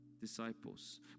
disciples